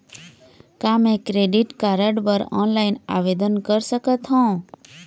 का मैं credit card बर ऑनलाइन आवेदन कर सकथों?